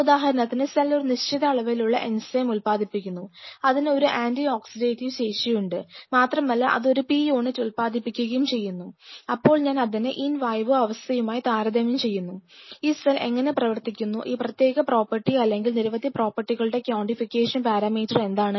ഉദാഹരണത്തിന് സെൽ ഒരു നിശ്ചിത അളവിലുള്ള എൻസയ്മ് ഉൽപാദിപ്പിക്കുന്നു അതിന് ഒരു ആന്റി ഓക്സിഡേറ്റീവ് ശേഷിയുണ്ട് മാത്രമല്ല അത് ഒരു P യൂണിറ്റ് ഉൽപാദിപ്പിക്കുകയും ചെയ്യുന്നു അപ്പോൾ ഞാൻ അതിനെ ഇൻ വിവോ അവസ്ഥയുമായി താരതമ്യം ചെയ്യുന്നു ഈ സെൽ എങ്ങനെ പ്രവർത്തിക്കുന്നു ഈ പ്രത്യേക പ്രോപ്പർട്ടി അല്ലെങ്കിൽ നിരവധി പ്രോപ്പർട്ടികളുടെ ക്വാണ്ടിഫിക്കേഷൻ പാരാമീറ്റർ എന്താണ്